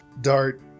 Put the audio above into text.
dart